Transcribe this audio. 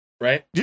Right